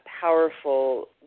powerful